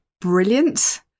brilliant